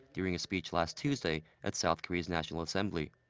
during a speech last tuesday at south korea's national assembly.